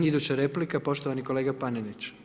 Iduća replika poštovani kolega Panenić.